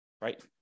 right